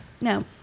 No